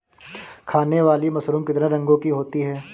खाने वाली मशरूम कितने रंगों की होती है?